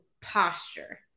posture